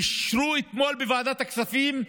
אישרו אתמול בוועדת הכספים,